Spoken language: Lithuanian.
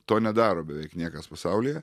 to nedaro beveik niekas pasaulyje